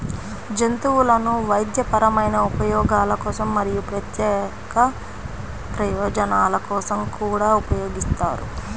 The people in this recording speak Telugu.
జంతువులను వైద్యపరమైన ఉపయోగాల కోసం మరియు ప్రత్యేక ప్రయోజనాల కోసం కూడా ఉపయోగిస్తారు